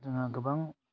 जोंहा गोबां